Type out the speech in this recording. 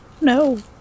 No